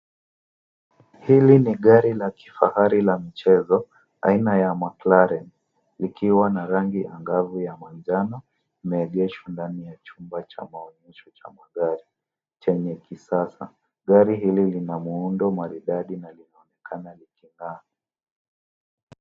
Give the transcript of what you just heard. Hili ni gari la kifahari la mchezo aina ya McLaren likiwa na rangi angavu ya manjano imeegeshwa ndani ya chumba cha maonyesho cha magari chenye kisasa. Gari hili lina muundo maridadi na linaonekana liking'aa.